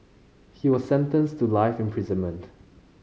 he was sentenced to life imprisonment